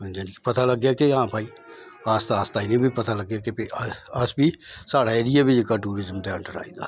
जानि के पता लग्गे के हां भाई आस्ता आस्ता इ'नेंगी बी पता लग्गे कि भाई अस बी साढ़ा ऐरिया बी जेह्का टूरिजम दे अंडर आई गेदा थैंक्स